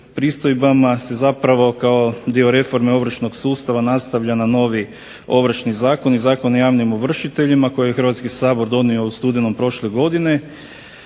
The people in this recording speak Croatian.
pristojbama se zapravo kao dio reforme ovršnog sustava nastavlja na novi Ovršni zakon i Zakon o javnim ovršiteljima koji je Hrvatski sabor donio u studenom prošle godine,